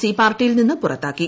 C പാർട്ടിയിൽ നിന്ന് പുറത്താക്കി